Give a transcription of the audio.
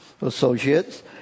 associates